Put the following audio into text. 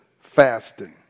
fasting